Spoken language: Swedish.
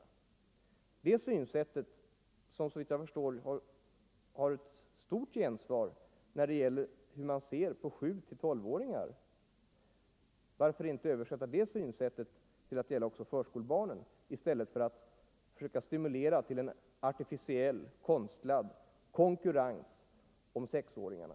Varför inte överföra det synsättet, som såvitt jag förstår har ett stort gensvar när det gäller 7-12-åringar, till att gälla också förskolebarnen i stället för att stimulera till en konstlad konkurrens om sexåringarna?